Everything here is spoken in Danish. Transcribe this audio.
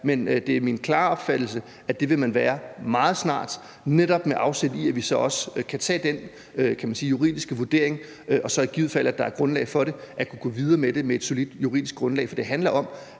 men det er min klare opfattelse, at det vil man være meget snart – netop med afsæt i, at vi så også kan tage den juridiske vurdering og, ifald der er grundlag for det, kan gå videre med det med et solidt juridisk grundlag. For det handler om